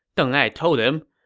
deng ai told him,